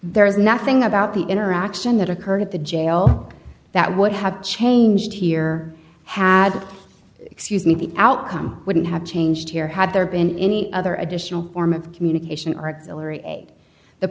there is nothing about the interaction that occurred at the jail that would have changed here had excuse me the outcome wouldn't have changed here had there been any other additional form of communication